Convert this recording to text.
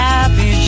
Happy